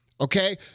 okay